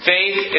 Faith